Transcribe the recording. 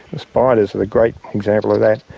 spiders are the great example of that,